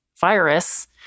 virus